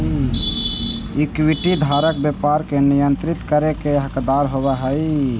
equity धारक व्यापार के नियंत्रित करे के हकदार होवऽ हइ